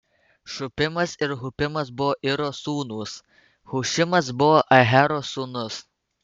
šupimas ir hupimas buvo iro sūnūs hušimas buvo ahero sūnus